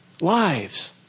lives